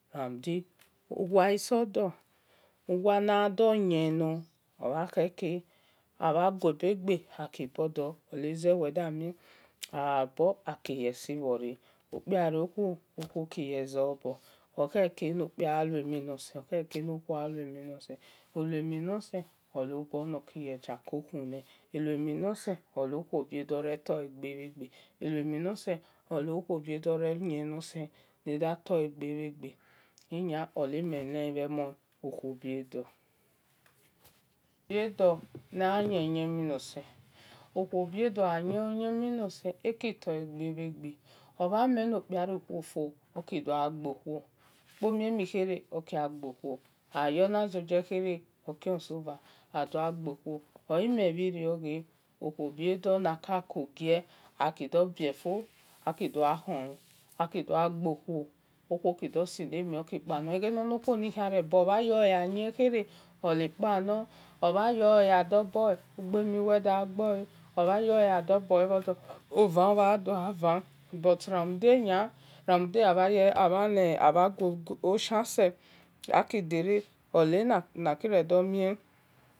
Nade uwa isodor uwa na dor yen nor obha kheke abha-guobe-gbe aki bodo oleze agha bor aki yesebhore okpia gha bo khuo okiye zobo okhere no kpia gha lue mhi nosen okhere no-khuo gha luemhi nosen uluemhi nosen ole obor nor ki ye dia kokhun le uluemhi nose ole okhuo bio dor re tor bhi gbe inia oli mele mhe mhie okhuo bio dor bio dor na yen-yemhi nose okhuo bio dor gha yen uyen mhi nose eki tor bhegbe-bhege omha mel no kpia rio khu fo oki dor gba gbo khuo kpomie mhi khere oki gha gbo khuo ayo na sogie khere oki gba gbo khu awe na gie khere okhi osova adogha gbo khuo emen bhirio akido bie fo akido ghu kho aki do gha gbo khuo okuo ki-do sile mhu okpali eghe bu wel re ghu bor wel mhan wel wel gha ki bol fo wa ki boi oba wel gha ki bol nfo wa ki boi wel ogha ki boi fo ova aki van but aki kere ni abha kui oshia sel oki dere na kire domie